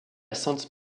sainte